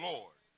Lord